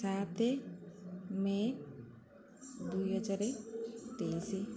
ସାତେ ମେ ଦୁଇହଜାର ତେଇଶି